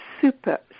super